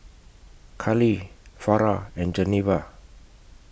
Karlee Farrah and Geneva